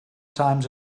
times